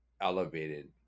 elevated